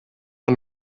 mae